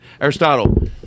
Aristotle